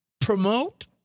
promote